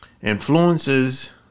influences